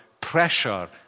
pressure